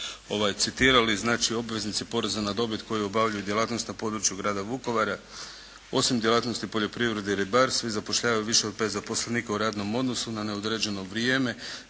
citirali, znači obveznici poreza na dobit koji obavljaju djelatnost na području grada Vukovara osim djelatnosti poljoprivrede i ribarstva i zapošljavaju više od pet zaposlenika u radnom odnosu na neodređeno vrijeme